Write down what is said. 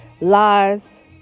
lies